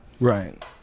right